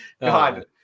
God